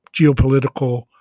geopolitical